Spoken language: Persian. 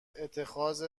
اتخاذ